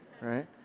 right